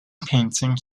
painting